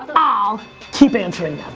ah i'll keep answering